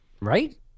right